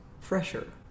fresher